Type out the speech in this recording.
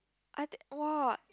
I thi~ !wah!